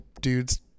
dudes